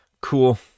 Cool